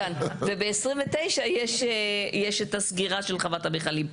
וב-2029 יש סגירה של חוות המכלים.